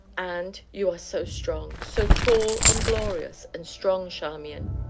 and you are so strong so tall, and glorious, and strong, charmian!